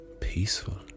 peaceful